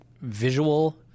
visual